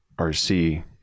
rc